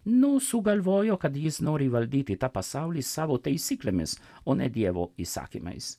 nu sugalvojo kad jis nori valdyti tą pasaulį savo taisyklėmis o ne dievo įsakymais